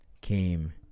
came